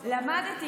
"למדתי,